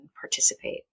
participate